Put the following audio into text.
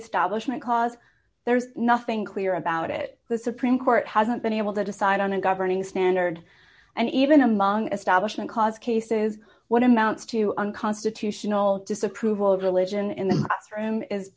establishment cause there's nothing clear about it the supreme court hasn't been able to decide on a governing standard and even among establishment cause cases what amounts to unconstitutional disapproval of religion in the classroom is